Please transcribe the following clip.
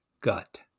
gut